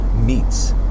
meets